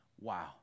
wow